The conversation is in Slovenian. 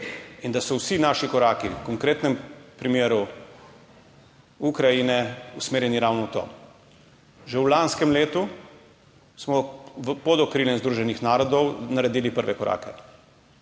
in da so vsi naši koraki, v konkretnem primeru Ukrajine, usmerjeni ravno v to. Že v lanskem letu smo pod okriljem Združenih narodov naredili prve korake.